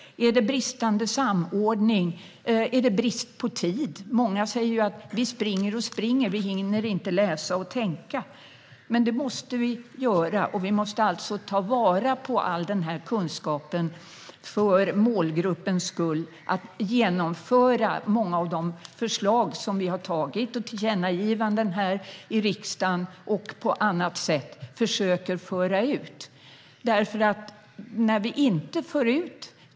Är det bristande samordning? Är det brist på tid? Många säger att vi springer och springer och hinner inte läsa och tänka. Men det måste vi göra. Vi måste alltså ta vara på all kunskap för målgruppens skull och genomföra många av de förslag som har tagits fram. Det har varit tillkännagivanden i riksdagen, och vi har försökt att föra ut informationen på annat sätt.